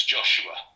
Joshua